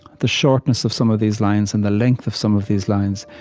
the shortness of some of these lines and the length of some of these lines,